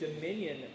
dominion